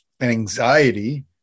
anxiety